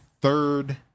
third